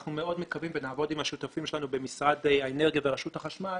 ואנחנו מאוד מקווים ונעבוד עם השותפים שלנו במשרד האנרגיה ורשות החשמל